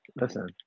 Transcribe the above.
Listen